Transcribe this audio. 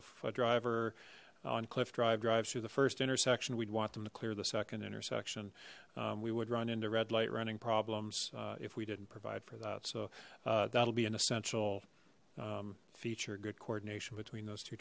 if a driver on cliff drive drives through the first intersection we'd want them to clear the second intersection we would run into red light running problems if we didn't provide for that so that will be an essential feature good coordination between those two